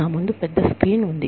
నా ముందు పెద్ద స్క్రీన్ ఉంది